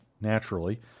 naturally